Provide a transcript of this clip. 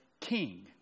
king